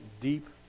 deep